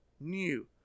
new